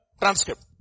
transcript